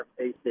AC